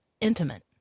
intimate